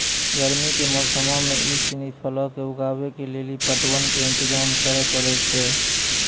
गरमी के मौसमो मे इ सिनी फलो के उगाबै के लेली पटवन के इंतजाम करै पड़ै छै